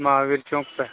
مہاویر چوک پہ